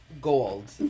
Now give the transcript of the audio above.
gold